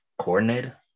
coordinator